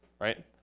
right